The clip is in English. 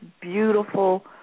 beautiful